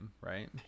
right